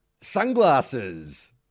Sunglasses